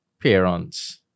parents